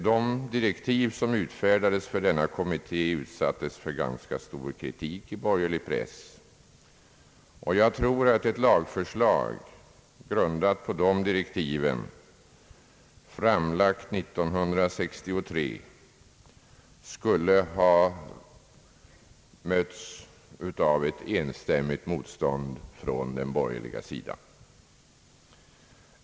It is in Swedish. De direktiv som utfärdades för denna kommitté utsattes för ganska stor kritik i borgerlig press, och jag tror att ett lagförslag grundat på de direktiven framlagt år 1963 skulle ha mötts av ett enstämmigt motstånd från den borgerliga sidan.